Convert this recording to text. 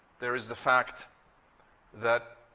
there is the fact that